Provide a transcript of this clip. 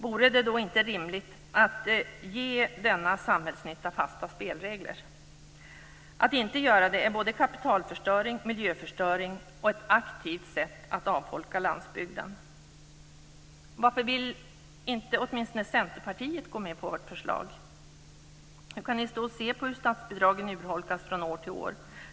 Vore det då inte rimligt att ge denna samhällsnytta fasta spelregler? Att inte göra det är både kapitalförstöring, miljöförstöring och ett aktivt sätt att avfolka landsbygden. Varför vill inte åtminstone Centerpartiet gå med på vårt förslag? Hur kan ni stå och se på hur statsbidragen urholkas från år till år?